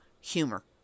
humor